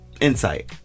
insight